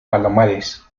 palomares